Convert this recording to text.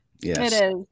Yes